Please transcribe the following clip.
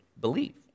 believe